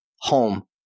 home